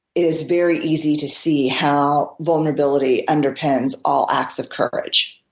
is very easy to see how vulnerability underpins all acts of courage.